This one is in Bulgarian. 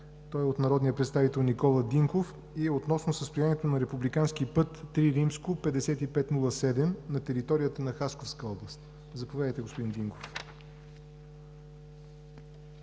Той е от народния представител Никола Динков относно състоянието на републикански път III-5507 на територията на Хасковска област. Заповядайте, господин Динков.